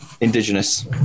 indigenous